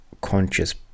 conscious